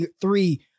three